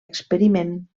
experiment